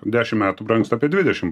dešim metų brangs apie dvidešim